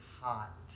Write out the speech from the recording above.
hot